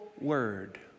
word